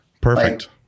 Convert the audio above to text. Perfect